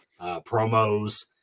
promos